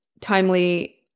timely